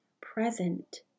present